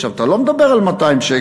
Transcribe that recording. עכשיו, אתה לא מדבר על 200 שקל.